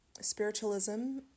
spiritualism